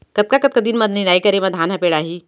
कतका कतका दिन म निदाई करे म धान ह पेड़ाही?